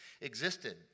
existed